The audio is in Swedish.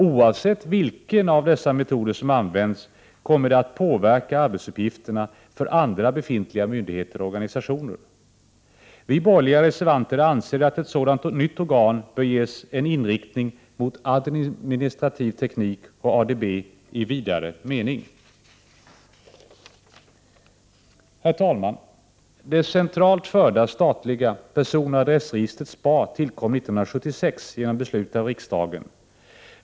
Oavsett vilken av dessa metoder som används kommer det att påverka arbetsuppgifterna för andra befintliga myndigheter och organisationer. Vi borgerliga reservanter anser att ett sådant nytt organ bör ges en inrikting mot administrativ teknik och ADB i vidare mening. Herr talman! Det centralt förda statliga personoch adressregistret SPAR tillkom 1976 genom beslut av riksdagen.